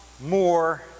more